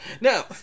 Now